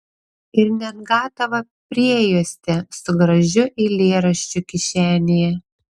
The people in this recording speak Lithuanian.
ir net gatavą priejuostę su gražiu eilėraščiu kišenėje